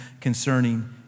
concerning